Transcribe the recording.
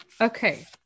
Okay